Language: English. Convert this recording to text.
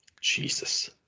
Jesus